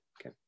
Okay